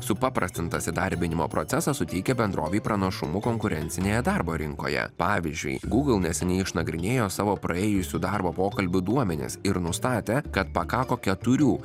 supaprastintas įdarbinimo procesas suteikia bendrovei pranašumų konkurencinėje darbo rinkoje pavyzdžiui google neseniai išnagrinėjo savo praėjusių darbo pokalbių duomenis ir nustatė kad pakako keturių